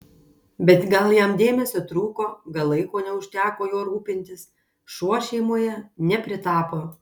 bet gal jam dėmesio trūko gal laiko neužteko juo rūpintis šuo šeimoje nepritapo